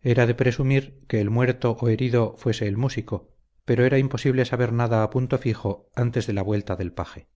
era de presumir que el muerto o herido fuese el músico pero era imposible saber nada a punto fijo antes de la vuelta del paje